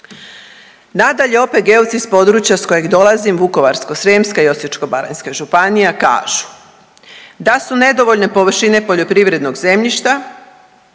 Nadalje, OPG-ovci s područja s kojeg dolazim Vukovarsko-srijemske i Osječko-baranjske županije kažu da su nedovoljne površine poljoprivrednog zemljišta,